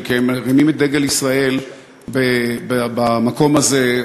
כי הם מרימים את דגל ישראל במקום הזה,